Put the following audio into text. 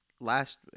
last